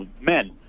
men